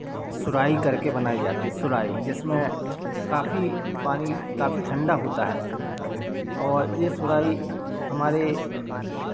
सुराही करके बनाई जाती है सुराही जिसमें काफ़ी पानी काफ़ी ठंडा होता है और ये सुराही हमारे